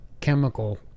chemical